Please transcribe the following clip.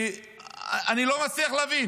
אני לא מצליח להבין